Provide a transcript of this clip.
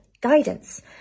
guidance